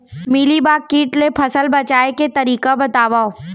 Mealybug kit ले फसल बचाए के तरीका बतावव?